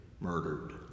murdered